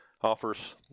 Offers